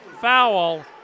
foul